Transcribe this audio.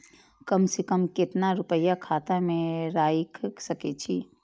कम से कम केतना रूपया खाता में राइख सके छी?